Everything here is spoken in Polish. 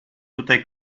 tutaj